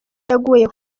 yaguye